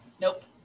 Nope